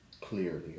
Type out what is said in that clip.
clearly